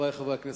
חברי חברי הכנסת,